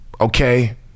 okay